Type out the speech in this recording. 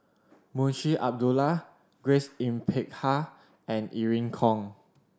Munshi Abdullah Grace Yin Peck Ha and Irene Khong